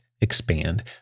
expand